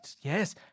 Yes